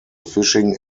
fishing